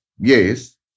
Yes